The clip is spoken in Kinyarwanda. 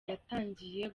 yatangiye